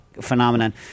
phenomenon